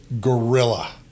gorilla